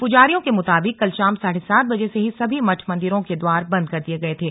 पूजारियों के मुताबिक कल शाम साढ़े सात बजे से ही सभी मठ मंदिरों के द्वार बंद कर दिए गए थे